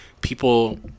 People